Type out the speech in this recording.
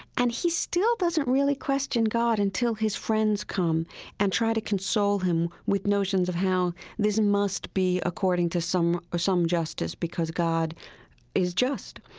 and he still doesn't really question god until his friends come and try to console him with notions of how this must be according to some ah some justice, because god is just.